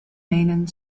menen